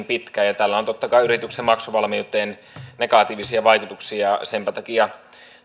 pitkään ja tällä on totta kai yrityksen maksuvalmiuteen negatiivisia vaikutuksia senpä takia